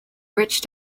rich